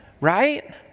right